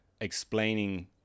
explaining